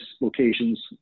locations